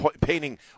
painting